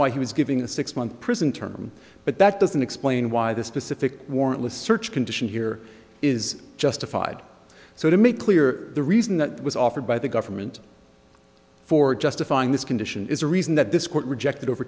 why he was giving a six month prison term but that doesn't explain why the specific warrantless search condition here is justified so to make clear the reason that was offered by the government for justifying this condition is a reason that this court rejected over